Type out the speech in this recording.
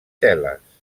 teles